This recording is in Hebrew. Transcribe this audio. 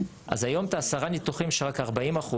אז היום את העשרה ניתוחים שרק 40%,